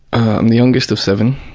i'm the youngest of seven.